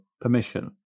permission